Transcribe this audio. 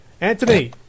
Anthony